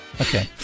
Okay